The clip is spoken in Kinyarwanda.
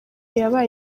yabaye